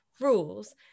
rules